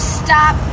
stop